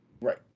Right